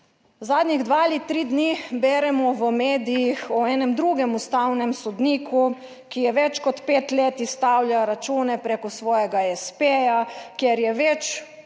Zadnjih dva ali tri dni beremo v medijih o enem drugem ustavnem sodniku, ki je več kot pet let izstavlja račune preko svojega s. p.-ja, kjer je več